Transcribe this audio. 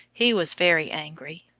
he was very angry,